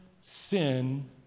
sin